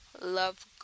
love